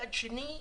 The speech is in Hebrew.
מצד שני,